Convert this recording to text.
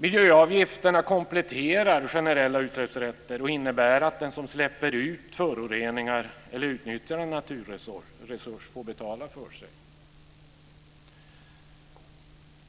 Miljöavgifterna kompletterar generella utsläppsrätter och innebär att den som släpper ut föroreningar eller utnyttjar en naturresurs får betala för det.